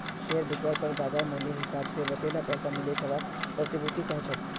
share बेचवार पर बाज़ार मूल्येर हिसाब से वतेला पैसा मिले जवाक प्रतिभूति कह छेक